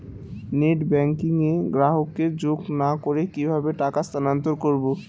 Net banking এ গ্রাহককে যোগ না করে কিভাবে টাকা স্থানান্তর করব?